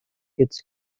it’s